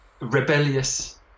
rebellious